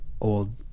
old